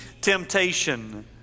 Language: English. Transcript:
temptation